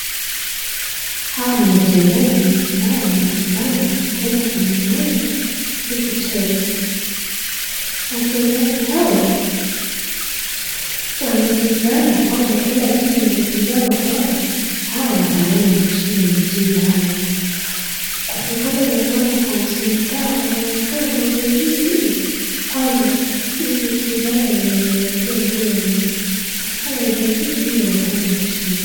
Hawa ni wachezaji ambao wamejipanga kwenda ndani ya uwanja, ili kucheza, wachezaji hawwa wanajigamba kwamba , kila timu wanajigamba kwamba hao wataweza kushinda michezo hayo, kutokana na kuona kwa usoni pao wanaonekana na ujasiri mno kwanza huyu kijana mwenye amevalia nguo ya nyeusi , anakaa na ujasiri mno wa kueza kushinda.